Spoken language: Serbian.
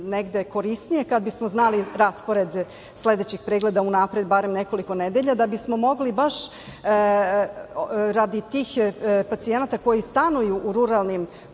negde korisnije kada bismo znali raspored sledećih pregleda unapred barem nekoliko nedelja, da bismo mogli baš radi tih pacijenata koji stanuju u ruralnim